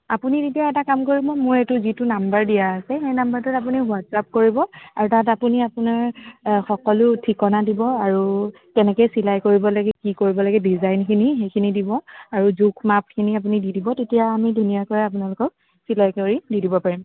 আপুনি এতিয়া এটা কাম কৰিব মোৰ এইটো যিটো নাম্বাৰ দিয়া আছে সেই নাম্বাৰটোত আপুনি হোৱাটচআপ কৰিব আৰু তাত আপুনি আপোনাৰ সকলো ঠিকনা দিব আৰু কেনেকৈ চিলাই কৰিব লাগে কি কৰিব লাগে ডিজাইনখিনি সেইখিনি দিব আৰু জোখ মাখখিনি আপুনি দি দিব তেতিয়া আমি ধুনীয়াকৈ আপোনালোকক চিলাই কৰি দি দিব পাৰিম